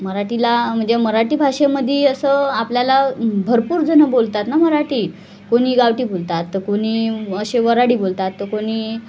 मराठीला म्हणजे मराठी भाषेमध्ये असं आपल्याला भरपूरजणं बोलतात ना मराठी कोणी गावठी बोलतात तर कोणी असे वराडी बोलतात तर कोणी